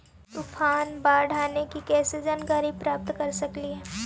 तूफान, बाढ़ आने की कैसे जानकारी प्राप्त कर सकेली?